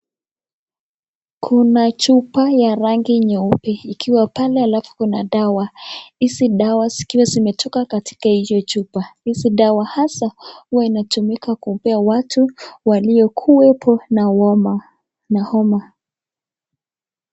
Kuna chupa ya rangi nyeupe ikiwa pale halafu kuna dawa. Hizi dawa zikiwa zimetoka katika hiyo chupa. Hizi dawa hasa huwa inatumika kupea waliokuwepo na homa.